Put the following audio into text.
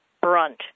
brunt